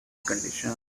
conditions